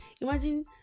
imagine